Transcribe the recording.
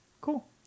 Cool